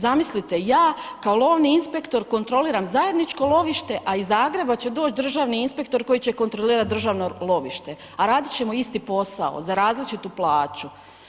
Zamislite ja kao lovni inspektor kontroliram zajedničko lovište a iz Zagreba će doći državni inspektor koji će kontrolirati državno lovište a radi ćemo isti posao za različitu plaću.